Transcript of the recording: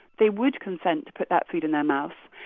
they would consent to put that food in their mouth.